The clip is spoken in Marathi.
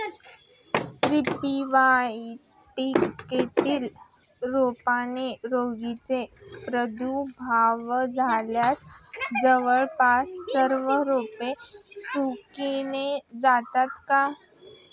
रोपवाटिकेतील रोपांना रोगाचा प्रादुर्भाव झाल्यास जवळपास सर्व रोपे सुकून जातात का?